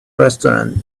restaurant